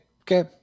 okay